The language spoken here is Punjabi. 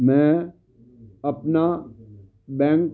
ਮੈਂ ਆਪਣਾ ਬੈਂਕ